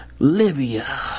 Libya